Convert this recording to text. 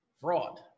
Fraud